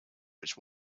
which